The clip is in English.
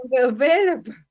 available